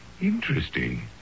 interesting